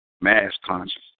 mass-conscious